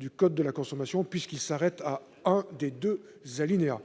du code de la consommation, puisqu'il ne prend en compte que l'un des deux alinéas.